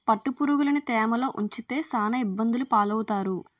పట్టుపురుగులుని తేమలో ఉంచితే సాన ఇబ్బందులు పాలవుతారు